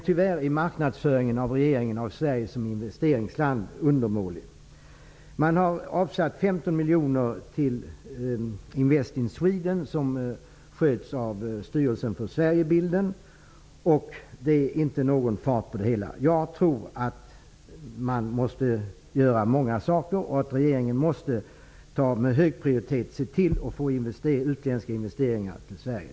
Tyvärr är regeringens marknadsföring av Sverige som investeringsland undermålig. Man har avsatt Styrelsen för Sverigebilden. Det är inte någon fart på det hela. Jag tror att man måste bedriva många aktiviteter. Regeringen måste med hög prioritet se till att få utländska investeringar till Sverige.